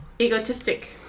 egotistic